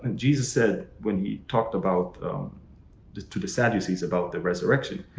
and jesus said when he talked about to the sadducees about the resurrection,